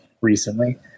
recently